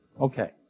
Okay